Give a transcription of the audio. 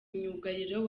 myugariro